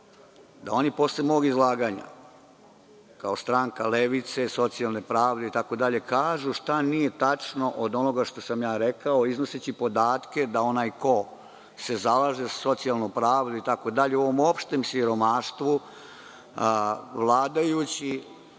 da oni posle mog izlaganja kao stranka levice, socijalne pravde itd. kažu šta nije tačno od onoga što sam rekao iznoseći podatke da onaj ko se zalaže za socijalnu pravdu u ovom opštem siromaštvu, vladajući